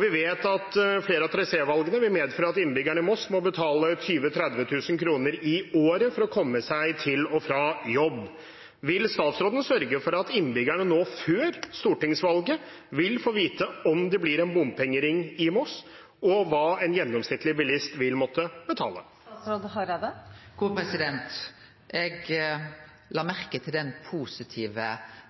Vi vet at flere av trasévalgene vil medføre at innbyggerne i Moss må betale 20 000–30 000 kr i året for å komme seg til og fra jobb. Vil statsråden sørge for at innbyggerne nå før stortingsvalget vil få vite om det blir en bompengering i Moss, og hva en gjennomsnittlig bilist vil måtte betale? Eg la merke til den positive